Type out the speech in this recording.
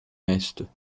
est